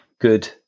good